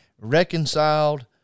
reconciled